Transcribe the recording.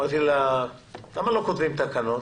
אמרתי לה: למה לא כותבים תקנות?